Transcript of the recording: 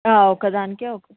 ఒక్కదానికే ఒక